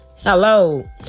Hello